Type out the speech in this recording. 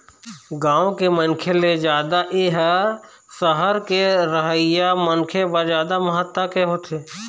गाँव के मनखे ले जादा ए ह सहर के रहइया मनखे बर जादा महत्ता के होथे